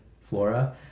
flora